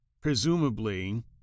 presumably